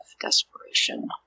desperation